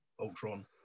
Ultron